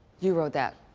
you wrote that?